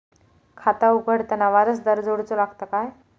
खाता उघडताना वारसदार जोडूचो लागता काय?